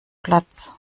platz